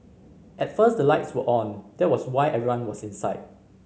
at first the lights were on that was why everyone was inside